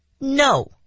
No